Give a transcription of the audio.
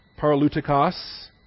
Paralutikos